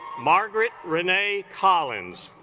margaret renee collins